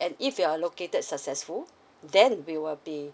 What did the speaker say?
and if you're allocated successful then we will be